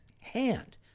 hand